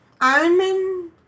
Ironman